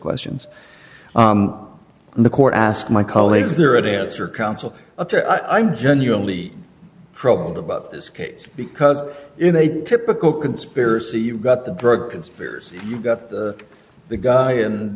questions the court asked my colleagues there at answer counsel i'm genuinely troubled about this case because in a typical conspiracy you've got the drug conspiracy you've got the guy in